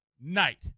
night